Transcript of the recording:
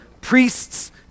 priests